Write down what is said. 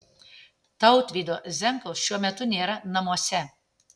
tautvydo zenkaus šiuo metu nėra namuose